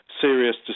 serious